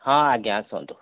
ହଁ ଆଜ୍ଞା ଆସନ୍ତୁ